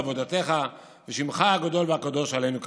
לעבודתך ושמך הגדול והקדוש עלינו קראת".